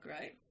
right